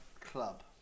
club